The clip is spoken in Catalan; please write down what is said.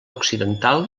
occidental